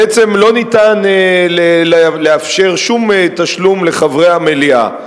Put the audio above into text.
בעצם לא ניתן לאפשר שום תשלום לחברי המליאה.